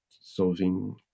solving